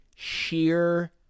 sheer